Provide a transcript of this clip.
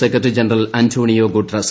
secretary general Antonio Guterres